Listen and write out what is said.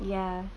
ya